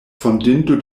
fondinto